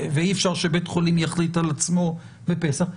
ואי-אפשר שבית חולים יחליט על עצמו בפסח,